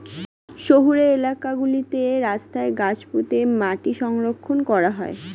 শহুরে এলাকা গুলোতে রাস্তায় গাছ পুঁতে মাটি সংরক্ষণ করা হয়